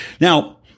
Now